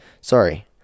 Sorry